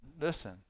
listen